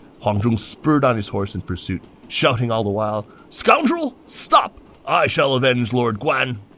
huang zhong spurred on his horse in pursuit, shouting all the while, scoundrel, stop! i shall avenge lord guan!